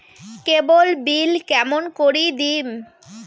কেবল bill কেমন করি দিম?